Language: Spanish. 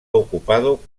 ocupado